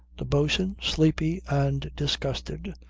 the boatswain, sleepy and disgusted,